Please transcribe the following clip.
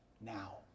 now